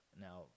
Now